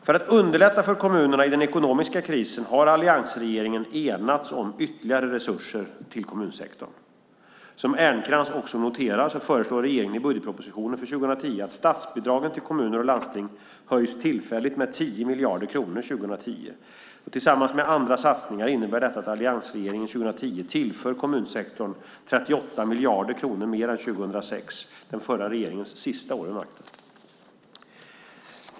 För att underlätta för kommunerna i den ekonomiska krisen har alliansregeringen enats om ytterligare resurser till kommunsektorn. Som Ernkrans också noterar föreslår regeringen i budgetpropositionen för 2010 att statsbidragen till kommuner och landsting höjs tillfälligt med 10 miljarder kronor 2010. Tillsammans med andra satsningar innebär detta att alliansregeringen 2010 tillför kommunsektorn 38 miljarder kronor mer än 2006, den förra regeringens sista år vid makten.